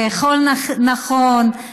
לאכול נכון,